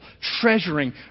treasuring